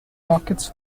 pockets